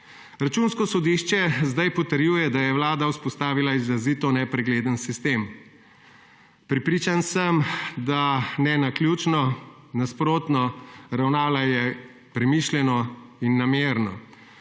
Računsko sodišče zdaj potrjuje, da je Vlada vzpostavila izrazito nepregleden sistem. Prepričan sem, da ne naključno. Nasprotno, ravnala je premišljeno in namerno.